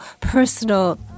personal